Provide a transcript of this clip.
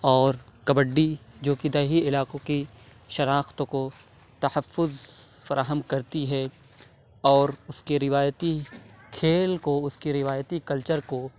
اور کبڈی جو کہ دیہی علاقوں کی شناخت کو تحفظ فراہم کرتی ہے اور اُس کے روایتی کھیل کو اُس کے روایتی کلچر کو